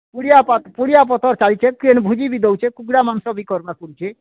ପୁଡ଼ିଆ ପତ୍ ପୁଡ଼ିଆ ପତ୍ର ଚାଲିଛି କିଏନ୍ ଭୋଜି ବି ଦେଉଛେ କୁକୁଡ଼ା ମାଂସ ବି କରିବାକୁ ପଡ଼ୁଛି